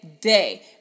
day